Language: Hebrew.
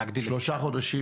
היום שלושה חודשים